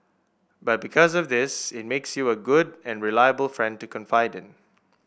but because of this it makes you a good and reliable friend to confide in